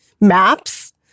maps